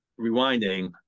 rewinding